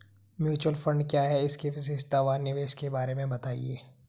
Mutual fund क्या है इसकी विशेषता व निवेश के बारे में बताइये?